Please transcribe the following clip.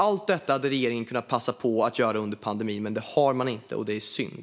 Allt detta hade regeringen kunnat passa på att göra under pandemin. Det har man dock inte, och det är synd.